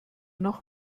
noch